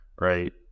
right